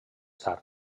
tard